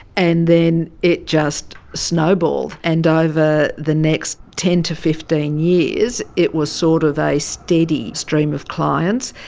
and then it just snowballed. and over the next ten to fifteen years it was sort of a steady stream of clients.